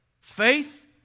Faith